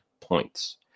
points